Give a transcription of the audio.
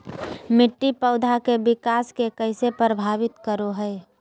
मिट्टी पौधा के विकास के कइसे प्रभावित करो हइ?